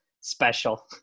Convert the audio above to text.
special